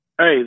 Hey